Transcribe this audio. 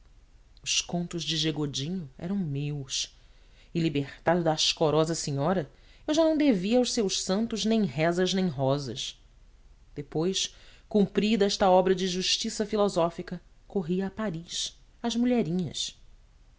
os contos de g godinho eram meus e libertado da ascorosa senhora eu já não devia aos seus santos nem rezas nem rosas depois cumprida esta obra de justiça filosófica corria a paris às mulherinhas